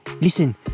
listen